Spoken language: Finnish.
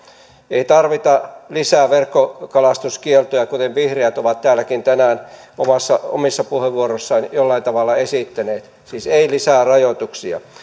ei tarvita lisää verkkokalastuskieltoja kuten vihreät ovat täälläkin tänään omissa puheenvuoroissaan jollain tavalla esittäneet siis ei lisää rajoituksia